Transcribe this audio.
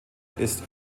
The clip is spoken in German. ist